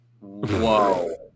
Whoa